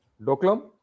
Doklam